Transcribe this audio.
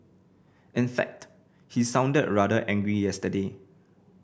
in fact he sounded rather angry yesterday